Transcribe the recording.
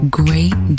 great